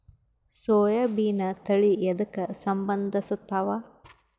ಸೋಯಾಬಿನ ತಳಿ ಎದಕ ಸಂಭಂದಸತ್ತಾವ?